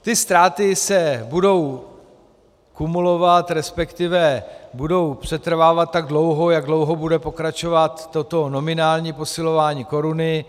Ty ztráty se budou kumulovat, respektive budou přetrvávat tak dlouho, jak dlouho bude pokračovat toto nominální posilování koruny.